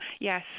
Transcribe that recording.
yes